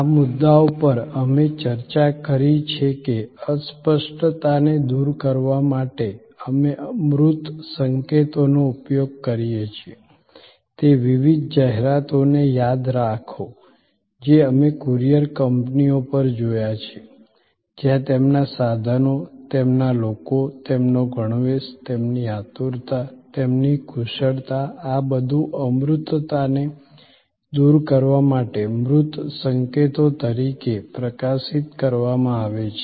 આ મુદ્દાઓ પર અમે ચર્ચા કરી છે કે અસ્પષ્ટતાને દૂર કરવા માટે અમે મૂર્ત સંકેતોનો ઉપયોગ કરીએ છીએ તે વિવિધ જાહેરાતોને યાદ રાખો જે અમે કુરિયર કંપનીઓ પર જોયા છે જ્યાં તેમના સાધનો તેમના લોકો તેમનો ગણવેશ તેમની આતુરતા તેમની કુશળતા આ બધું અમૂર્તતાને દૂર કરવા માટે મૂર્ત સંકેતો તરીકે પ્રકાશિત કરવામાં આવે છે